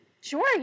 Sure